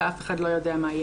ואף אחד לא יודע מה יהיה".